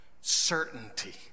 certainty